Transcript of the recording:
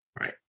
Right